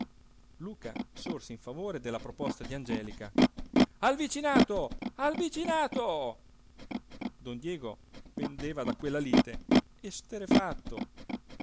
luca sorse in favore della proposta di angelica al vicinato al vicinato don diego pendeva da quella lite esterrefatto